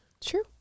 True